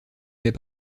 fait